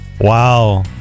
Wow